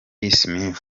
smith